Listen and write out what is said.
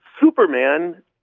Superman